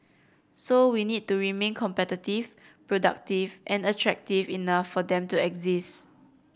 so we need to remain competitive productive and attractive enough for them to exist